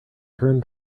turn